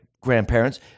Grandparents